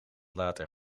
later